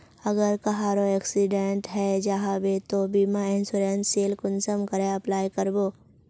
अगर कहारो एक्सीडेंट है जाहा बे तो बीमा इंश्योरेंस सेल कुंसम करे अप्लाई कर बो?